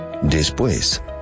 Después